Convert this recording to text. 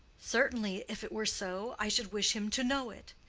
certainly if it were so, i should wish him to know it.